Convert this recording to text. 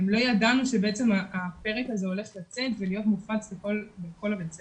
לא ידענו שהפרק הזה הולך לצאת ולהיות מופץ לכל בית הספר.